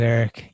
Eric